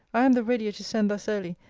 i am the readier to send thus early,